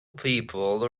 people